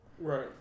Right